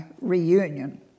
Reunion